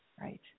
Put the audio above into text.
Right